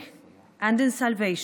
ועזוז.